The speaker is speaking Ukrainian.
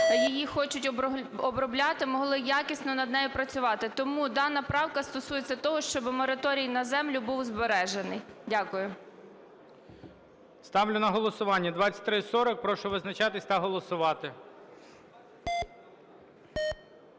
її хочуть обробляти, могли якісно над нею працювати. Тому дана правка стосується того, щоб мораторій на землю був збережений. Дякую. ГОЛОВУЮЧИЙ. Ставлю на голосування 2340. Прошу визначатись та голосувати.